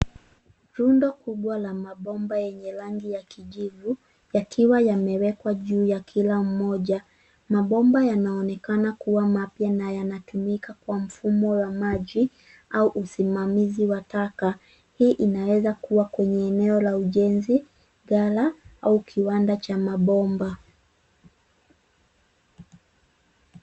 Rundo kubwa la mabomba yenye rangi ya kijivu, yakiwa yamewekwa juu ya kila mmoja. Mabomba yanaonekana kuwa mapya na yanatumika kwa mfumo wa maji au usimamizi wa taka. Hii inaweza kuwa kwenye eneo la ujenzi, ghala au kiwanda cha mabomba.